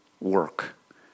work